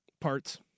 Parts